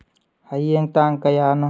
ꯍꯌꯦꯡ ꯇꯥꯡ ꯀꯌꯥꯅꯣ